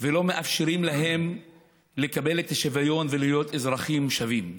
ולא מאפשרים להם לקבל את השוויון ולהיות אזרחים שווים.